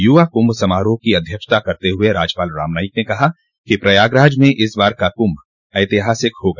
युवा क्रंभ समारोह की अध्यक्षता करते हुए राज्यपाल रामनाईक ने कहा कि प्रयागराज में इस बार का क्रंभ ऐतिहासिक होगा